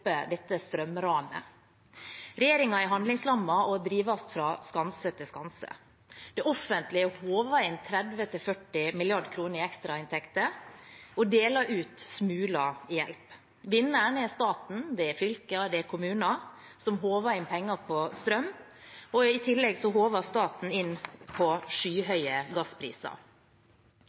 dette strømranet. Regjeringen er handlingslammet og drives fra skanse til skanse. Det offentlige håver inn 30–40 mrd. kr i ekstrainntekter og deler ut smuler i hjelp. Vinneren er staten, fylker og kommuner, som håver inn penger på strøm. I tillegg håver staten inn på skyhøye gasspriser.